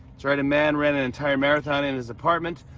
right, a man ran an entire marathon in his apartment.